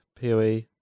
PoE